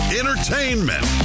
entertainment